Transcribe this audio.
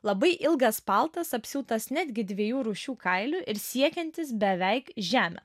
labai ilgas paltas apsiūtas netgi dviejų rūšių kailių ir siekiantis beveik žemę